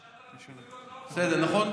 נכון,